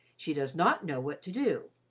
she does not know what to do.